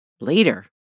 Later